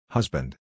Husband